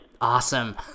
Awesome